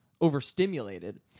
overstimulated